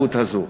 ההתנהגות הזאת.